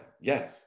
yes